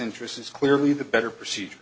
interests is clearly the better procedure